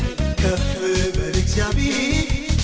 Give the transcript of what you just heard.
to be